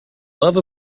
love